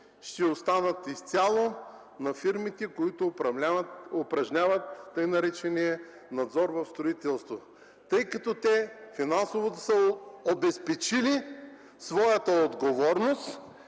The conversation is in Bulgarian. ще остават изцяло на фирмите, които упражняват тъй наречения надзор в строителството, тъй като те финансово са обезпечили своята отговорност